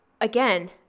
again